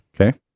Okay